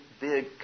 big